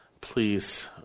please